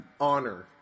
honor